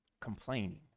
complaining